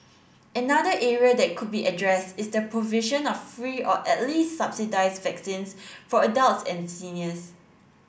another area that could be addressed is the provision of free or at least subsidised vaccines for adults and seniors